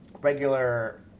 regular